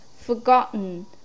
forgotten